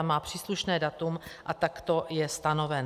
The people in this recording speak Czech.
Má příslušné datum a takto je stanoven.